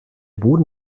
boden